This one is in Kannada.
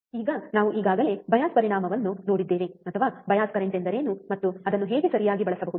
ಕರೆಂಟ್ನ ಈಗ ನಾವು ಈಗಾಗಲೇ ಬಯಾಸ್ ಪರಿಣಾಮವನ್ನು ನೋಡಿದ್ದೇವೆ ಅಥವಾ ಬಯಾಸ್ ಕರೆಂಟ್ ಎಂದರೇನು ಮತ್ತು ಅದನ್ನು ಹೇಗೆ ಸರಿಯಾಗಿ ಬಳಸಬಹುದು